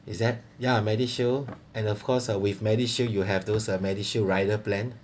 is that yeah medishield and of course uh with medishield you have those uh medishield rider plan